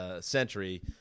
century